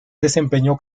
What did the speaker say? desempeño